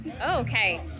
Okay